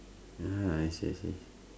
ah I see I see